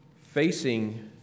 facing